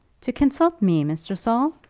to consult me, mr. saul?